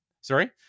sorry